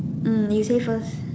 mm you say first